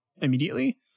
immediately